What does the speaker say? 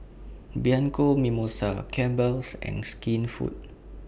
Bianco Mimosa Campbell's and Skinfood